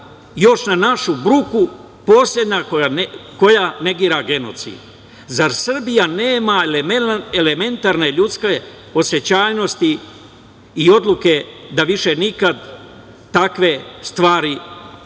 još, na našu bruku, poslednja koja negira genocid. Zar Srbija nema elementarne ljudske osećajnosti i odluke da više nikad takve stvari ne